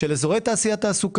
של אזורי תעשייה-תעסוקה,